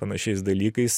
panašiais dalykais